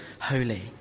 holy